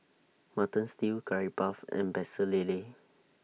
Mutton Stew Curry Puff and Pecel Lele